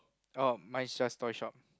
orh mine is just toy shop